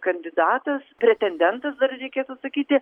kandidatas pretendentas dar reikėtų sakyti